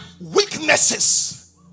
weaknesses